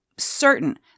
Certain